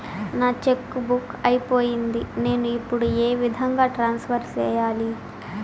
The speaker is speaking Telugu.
నా చెక్కు బుక్ అయిపోయింది నేను ఇప్పుడు ఏ విధంగా ట్రాన్స్ఫర్ సేయాలి?